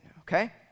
okay